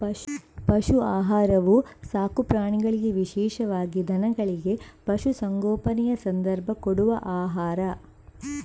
ಪಶು ಆಹಾರವು ಸಾಕು ಪ್ರಾಣಿಗಳಿಗೆ ವಿಶೇಷವಾಗಿ ದನಗಳಿಗೆ, ಪಶು ಸಂಗೋಪನೆಯ ಸಂದರ್ಭ ಕೊಡುವ ಆಹಾರ